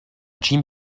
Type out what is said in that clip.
jim